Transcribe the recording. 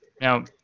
Now